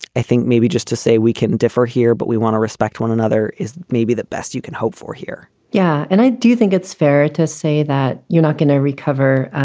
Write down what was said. i think maybe just to say we can differ here, but we want to respect one another is maybe the best you can hope for here yeah. and i do think it's fair to say that you're not going to recover.